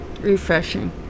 Refreshing